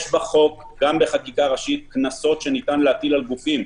גם בחקיקה ראשית יש קנסות שניתן להטיל על גופים.